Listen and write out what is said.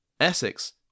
Essex